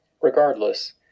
Regardless